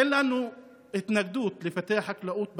אין לנו התנגדות לפתח חקלאות בנגב,